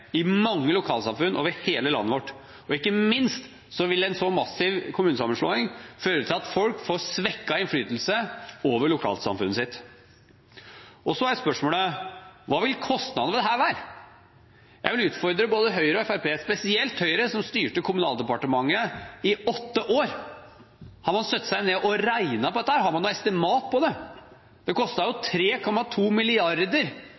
i mange lokalsamfunn over hele landet vårt, og ikke minst vil en så massiv kommunesammenslåing føre til at folk får svekket innflytelse over lokalsamfunnet sitt. Og så er spørsmålet: Hva vil kostnadene ved dette være? Jeg vil utfordre både Høyre og Fremskrittspartiet, spesielt Høyre, som styrte Kommunaldepartementet i åtte år. Har man satt seg ned og regnet på dette? Har man noe estimat på det? Det kostet jo